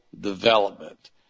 development